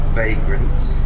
vagrants